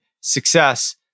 success